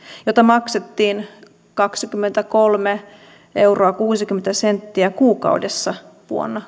jota maksettiin kaksikymmentäkolme pilkku kuusikymmentä euroa kuukaudessa vuonna